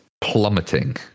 plummeting